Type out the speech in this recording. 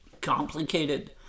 complicated